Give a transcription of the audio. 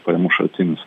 pajamų šaltinis